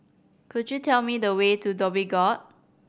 could you tell me the way to Dhoby Ghaut